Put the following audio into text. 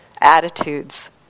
attitudes